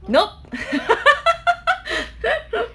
nop